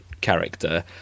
character